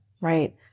right